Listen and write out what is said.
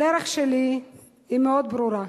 הדרך שלי היא מאוד ברורה.